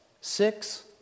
six